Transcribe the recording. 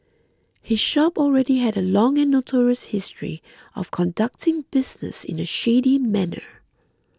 his shop already had a long and notorious history of conducting business in a shady manner